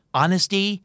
honesty